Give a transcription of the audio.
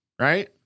right